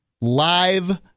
live